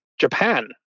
Japan